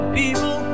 people